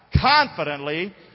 Confidently